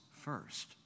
first